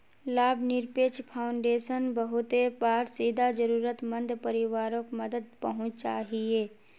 लाभ निरपेक्ष फाउंडेशन बहुते बार सीधा ज़रुरत मंद परिवारोक मदद पहुन्चाहिये